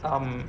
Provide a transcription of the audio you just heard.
um